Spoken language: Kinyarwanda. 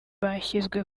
bashyizwe